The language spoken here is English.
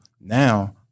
now